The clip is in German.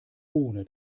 ohne